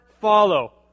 follow